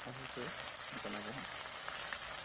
আহিছো জনাবচোন